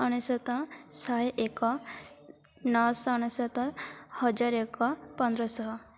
ଅନେଶ୍ୱତ ଶହେ ଏକ ନଅ ଶହ ଅନେଶ୍ୱତ ହଜାର ଏକ ପନ୍ଦର ଶହ